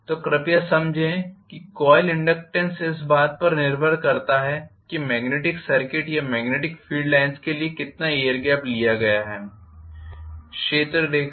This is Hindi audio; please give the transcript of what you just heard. तो कृपया समझें कि कोइल इनडक्टेन्स इस बात पर निर्भर करता है कि मेग्नेटिक सर्किट या मेग्नेटिक फील्ड लाइन्स के लिए कितना एयर गेप लिया गया है क्षेत्र रेखा